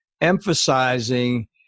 emphasizing